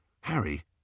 Harry